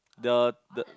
the the